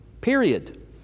period